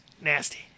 nasty